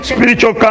Spiritual